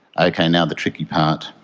okay, now the tricky part.